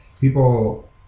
people